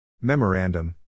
Memorandum